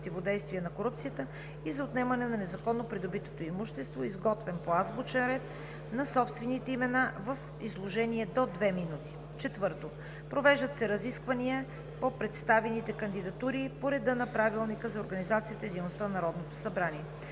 и за отнемане на незаконно придобитото имущество, изготвен по азбучен ред на собствените имена в изложение до две минути. 4. Провеждат се разисквания по представените кандидатури по реда на Правилника за